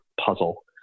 puzzle